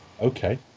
Okay